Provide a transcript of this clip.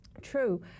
true